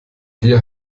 dir